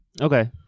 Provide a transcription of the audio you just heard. Okay